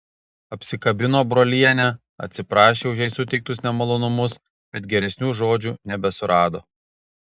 apsikabino brolienę atsiprašė už jai suteiktus nemalonumus bet geresnių žodžių nebesurado